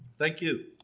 thank you